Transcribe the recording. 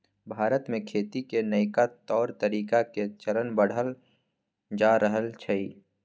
भारत में खेती के नइका तौर तरीका के चलन बढ़ल जा रहल छइ